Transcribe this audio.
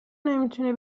نمیتونی